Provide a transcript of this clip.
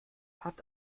hat